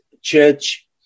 church